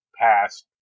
past